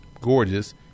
gorgeous